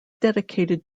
dedicated